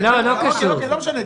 לא משנה,